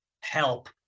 help